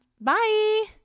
Bye